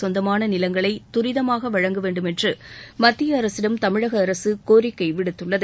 சொந்தமான நிலங்களை துரிதமாக வழங்கவேண்டுமென்று மத்திய அரசிடம் தமிழக அரசு கோரிக்கை விடுத்துள்ளது